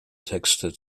texte